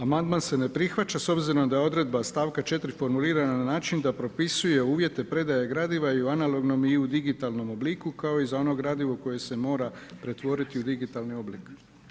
Amandman se ne prihvaća s obzirom da je odredba stavka 4. formulirana na način da propisuje uvjete predaje gradiva i u analognom i u digitalnom obliku kao iz onog gradiva u koje pretvoriti u digitalni oblik.